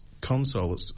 console